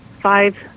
Five